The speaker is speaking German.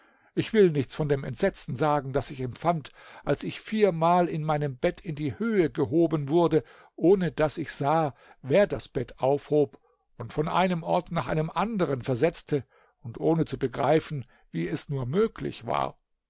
ich will nichts von dem entsetzen sagen das ich empfand als ich viermal in meinem bett in die höhe gehoben wurde ohne daß ich sah wer das bett aufhob und von einem ort nach einem anderen versetzte und ohne zu begreifen wie es nur möglich war